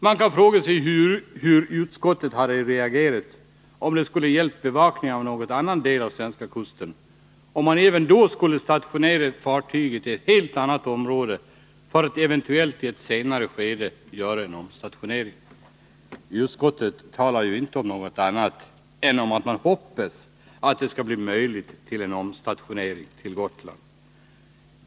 Man kan fråga hur utskottet hade reagerat om det hade gällt bevakningen av någon annan del av den svenska kusten. Skulle man även då ha stationerat fartyget i ett helt annat område för att eventuellt i ett senare skede göra en omstationering? Utskottet talar ju inte om något annat än om att man hoppas att det skall bli möjligt med en omstationering till Gotland.